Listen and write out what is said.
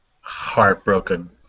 Heartbroken